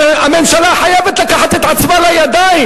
הממשלה חייבת לקחת את עצמה בידיים,